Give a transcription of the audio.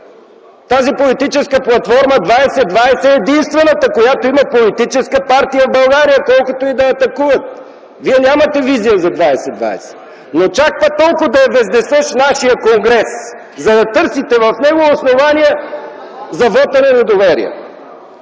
Политическата платформа 2020 е единствената, която има политическа партия в България, колкото и да атакувате. Вие нямате визия за 2020, но чак пък толкова да е вездесъщ нашият конгрес, за да търсите в него основания за вота на недоверие...